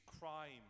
crime